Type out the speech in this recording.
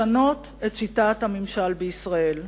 לשנות את שיטת הממשל בישראל.